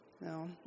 No